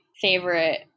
favorite